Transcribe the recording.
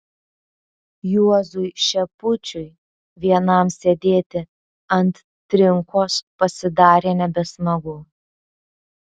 juozui šepučiui vienam sėdėti ant trinkos pasidarė nebesmagu